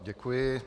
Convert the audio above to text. Děkuji.